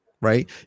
right